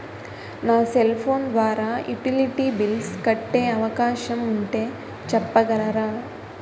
నా cell phone ద్వారా utility bills కట్టే అవకాశం ఉంటే చెప్పగలరా?